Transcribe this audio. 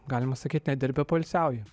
galima sakyt ne dirbi o poilsiauji